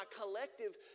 collective